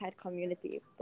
community